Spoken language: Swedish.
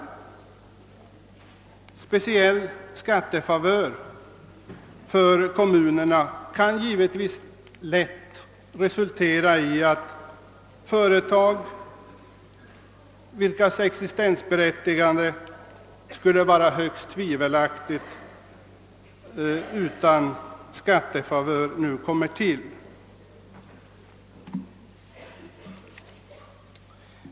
En speciell skattefavör för kommunerna kan lätt resultera i att företag skapas, vilkas existensberättigande skulle vara högst tvivelaktigt utan denna skattefavör.